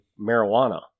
marijuana